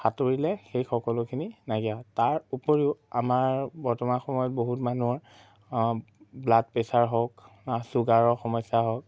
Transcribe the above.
সাঁতুৰিলে সেই সকলোখিনি নাইকিয়া তাৰ উপৰিও আমাৰ বৰ্তমান সময়ত বহুত মানুহৰ ব্লাড প্ৰেছাৰ হওক চুগাৰৰ সমস্যা হওক